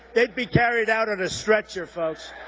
they'd be carried out on a stretcher, folks